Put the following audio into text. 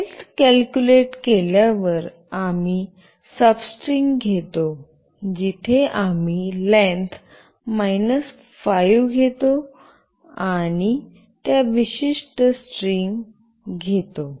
length calculate केल्यावर आम्ही substring घेतो जिथे आम्ही लेन्थ मायनस 5 घेतो आणि त्या विशिष्ट स्ट्रिंग घेतो